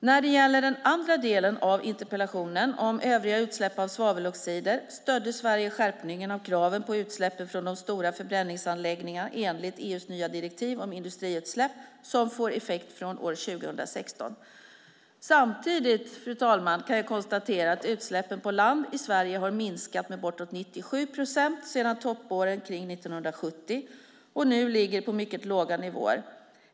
När det gäller den andra delen av interpellationen, om övriga utsläpp av svaveloxider, stödde Sverige skärpningen av kraven på utsläppen från stora förbränningsanläggningar enligt EU:s nya direktiv om industriutsläpp som får effekt från år 2016. Fru talman! Samtidigt kan jag konstatera att utsläppen på land i Sverige har minskat med bortåt 97 procent sedan toppåren kring 1970 och nu ligger på mycket låga nivåer.